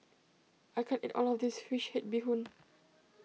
I can't eat all of this Fish Head Bee Hoon